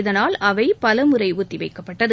இதனால் அவை பல முறை ஒத்திவைக்கப்பட்டது